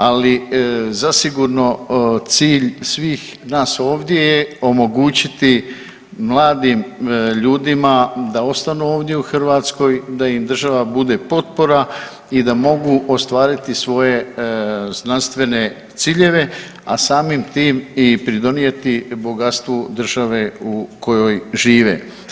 Ali zasigurno cilj svih nas ovdje je omogućiti mladim ljudima da ostanu ovdje u Hrvatskoj, da im država bude potpora i da mogu ostvariti svoje znanstvene ciljeve, a samim tim i pridonijeti bogatstvu države u kojoj žive.